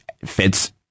fits